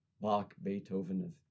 Bach-Beethoven